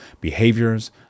behaviors